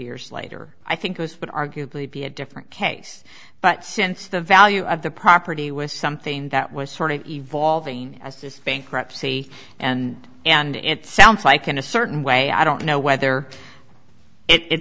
years later i think but arguably be a different case but since the value of the property was something that was sort of evolving as this bankruptcy and and it sounds like in a certain way i don't know whether it